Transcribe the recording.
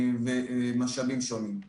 ומשאבים שונים.